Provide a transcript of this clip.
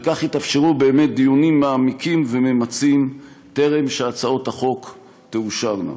וכך יתאפשרו באמת דיונים מעמיקים וממצים קודם שהצעות החוק תאושרנה.